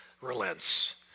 relents